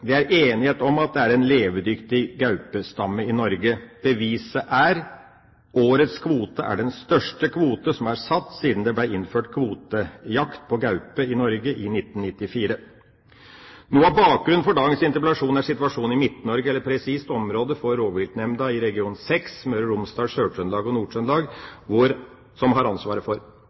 Det er enighet om at det er en levedyktig gaupestamme i Norge. Beviset er at årets kvote er den største kvote som er satt siden det ble innført kvotejakt på gaupe i Norge i 1994. Noe av bakgrunnen for dagens interpellasjon er situasjonen i Midt-Norge, eller presist, området for rovviltnemda i region 6 som Møre og Romsdal, Sør-Trøndelag og Nord-Trøndelag har ansvaret for.